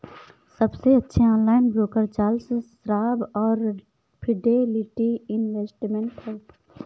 सबसे अच्छे online broker Charles Schwab और फिडेलिटी इन्वेस्टमेंट हैं